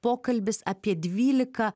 pokalbis apie dvylika